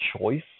choice